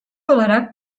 olarak